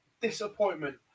disappointment